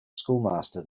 schoolmaster